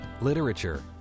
literature